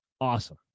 Awesome